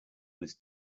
was